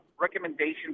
recommendations